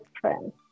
friends